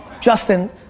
Justin